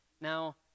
now